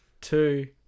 two